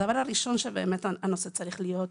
הדבר הראשון, הנושא צריך להיות